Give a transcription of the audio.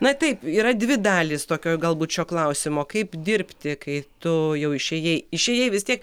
na taip yra dvi dalys tokioj galbūt šio klausimo kaip dirbti kai tu jau išėjai išėjai vis tiek